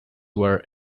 were